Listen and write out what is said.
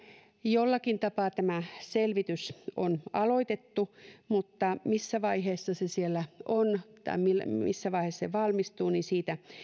jollakin tapaa tämä selvitys on aloitettu mutta missä vaiheessa se on tai missä vaiheessa se valmistuu siitä